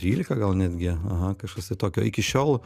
trylika gal netgi aha kažkas tai tokio iki šiol